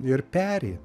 ir peri